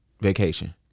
vacation